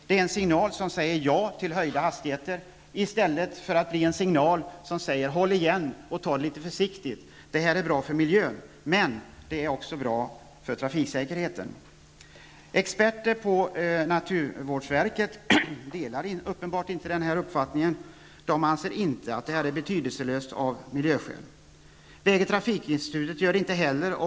Det är en signal som säger ja till höjda hastigheter i stället för att bli en signal som säger: ''Håll igen och ta det litet försiktigt! Det är bra för miljön, och det är bra för trafiksäkerheten.'' Experter på naturvårdsverket delar uppenbarligen inte utskottets uppfattning. De anser inte att den sänkta hastighetsgränsen är betydelselös ur miljösynpunkt. Väg och trafikinstitutet gör det inte heller.